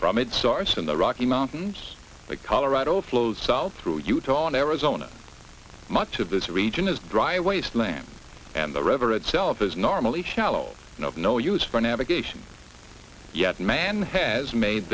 from its arson the rocky mountains the colorado flows south through utah and arizona much of this region is dry wasteland and the river at self is normally shallow and of no use for navigation yet man has made